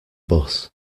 bus